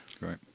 Right